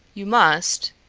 you must,